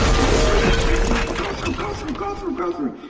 go through that red light, go through, go through, go through, go through,